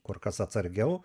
kur kas atsargiau